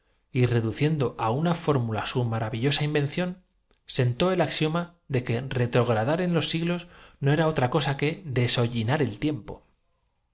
y re duciendo a una fórmula su maravillosa invención do por sus celos penetró de puntillas en la cocina con sentó el axioma de que retrogradar en los siglos no el fin de sorprender á las palomas que huyendo del era otra cosa que deshollinar el tiempo